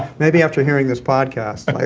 maybe after hearing this podcast.